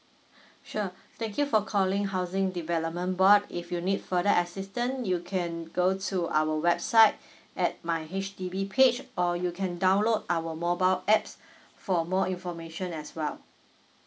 sure thank you for calling housing development board if you need further assistant you can go to our website at my H_D_B page or you can download our mobile apps for more information as well